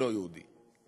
לא יהודי.